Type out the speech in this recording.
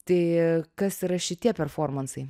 tai kas yra šitie performansai